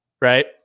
right